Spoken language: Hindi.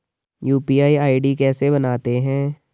यु.पी.आई आई.डी कैसे बनाते हैं?